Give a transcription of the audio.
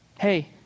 Hey